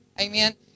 Amen